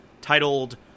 titled